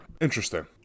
Interesting